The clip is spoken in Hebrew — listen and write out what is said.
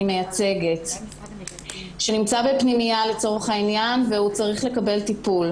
מייצגת שנמצא בפנימייה והוא צריך לקבל טיפול.